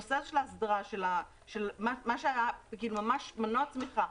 הנושא של האסדרה, כי זה ממש מנוע צמיחה.